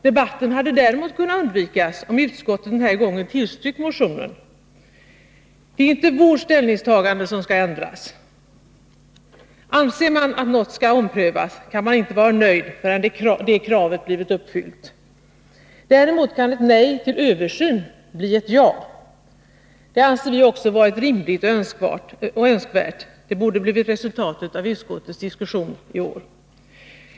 Debatten hade däremot kunnat undvikas, om utskottet den här gången tillstyrkt motionen. Det är inte vårt ställningstagande som skall ändras. Anser man att något skall omprövas, kan man inte vara nöjd förrän det kravet har blivit uppfyllt. Däremot kan ett nej till översyn bli ett ja. Det anser vi också vara rimligt och önskvärt. Det borde ha blivit resultatet av utskottets diskussion i år.